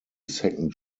second